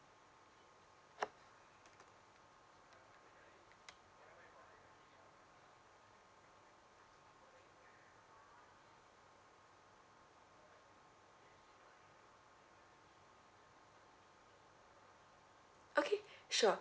okay sure